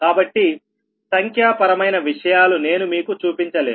కాబట్టి సంఖ్యా పరమైన విషయాలు నేను మీకు చూపించలేను